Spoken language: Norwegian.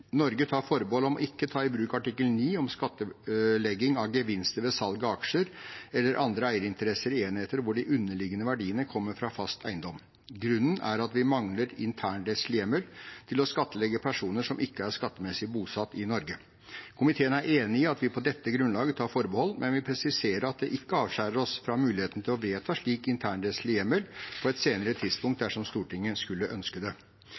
Norge tar forbehold om ikke å ta i bruk artikkel 9, om skattlegging av gevinster ved salg av aksjer eller andre eierinteresser i enheter hvor de underliggende verdiene kommer fra fast eiendom. Grunnen er at vi mangler internrettslig hjemmel til å skattlegge personer som ikke er skattemessig bosatt i Norge. Komiteen er enig i at vi på dette grunnlaget tar forbehold, men vi presiserer at det ikke avskjærer oss fra muligheten til å vedta slik internrettslig hjemmel på et senere tidspunkt dersom Stortinget skulle ønske det.